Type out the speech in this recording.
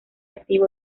activo